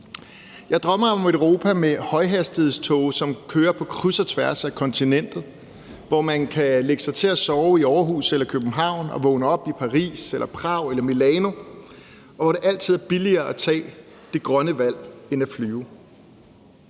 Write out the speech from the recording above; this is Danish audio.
Jeg drømmer om et Europa med højhastighedstog, som kører på kryds og tværs af kontinentet, hvor man kan lægge sig til at sove i Aarhus eller København og vågne op i Paris eller Prag eller Milano, og hvor det altid er billigere at tage det grønne valg end at flyve.